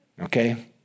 Okay